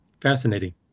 Fascinating